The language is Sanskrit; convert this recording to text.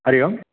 हरिः ओम्